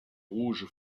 rouge